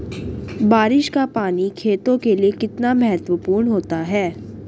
बारिश का पानी खेतों के लिये कितना महत्वपूर्ण होता है?